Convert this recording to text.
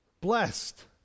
blessed